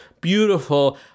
beautiful